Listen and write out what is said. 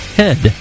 head